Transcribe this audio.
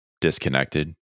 disconnected